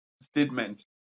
statement